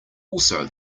also